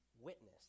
witness